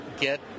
get